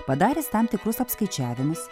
padaręs tam tikrus apskaičiavimus